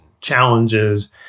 challenges